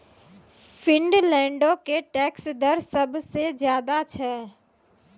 फिनलैंडो के टैक्स दर सभ से ज्यादे छै